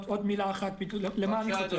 עוד מילה אחת למה אני חותר.